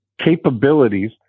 Capabilities